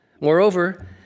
Moreover